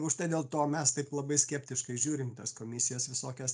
už tai dėl to mes taip labai skeptiškai žiūrim į tas komisijas visokias